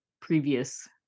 previous